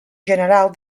general